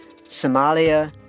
Somalia